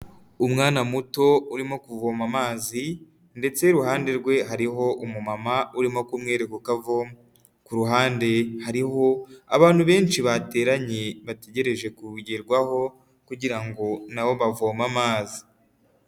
Umwana muto urimo kuvoma amazi ndetse iruhande rwe hariho umumama urimo kumwerekarekavoma ku ruhande hariho abantu benshi bateranye bategereje kuwugerwaho kugira nabo bavome amazi.